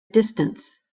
distance